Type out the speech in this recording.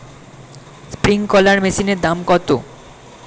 Sprinkler মেশিনের দাম কত?